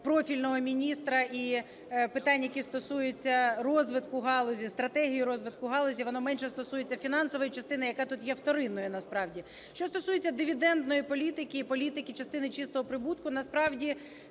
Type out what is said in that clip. профільного міністра і питань, які стосуються розвитку галузі, стратегії розвитку галузі, воно менше стосується фінансової частини, яка тут є вторинною насправді. Що стосується дивідендної політики і політики частини чистого прибутку, насправді,